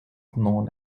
known